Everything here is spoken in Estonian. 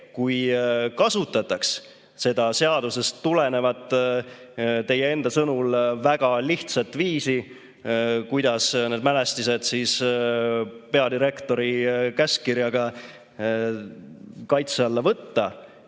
kui kasutataks seda seadusest tulenevat, teie enda sõnul väga lihtsat viisi, kuidas need mälestised peadirektori käskkirjaga kaitse alla võtta.